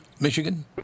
michigan